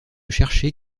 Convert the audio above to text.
chercher